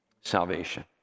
Salvation